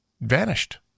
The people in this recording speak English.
vanished